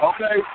Okay